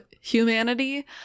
humanity